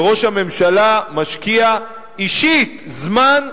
וראש הממשלה משקיע אישית זמן,